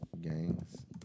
Gangs